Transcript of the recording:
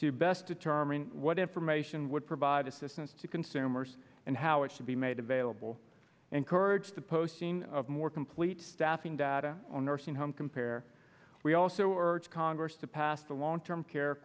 to best determine what information would provide assistance to consumers and how it should be made available encourage the posting of more complete staffing data on nursing home compare we also urge congress to pass the long term care